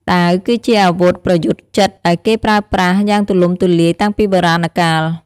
ដាវ គឺជាអាវុធប្រយុទ្ធជិតដែលគេប្រើប្រាស់យ៉ាងទូលំទូលាយតាំងពីបុរាណកាល។